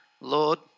Lord